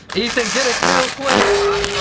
ethan get a kill quick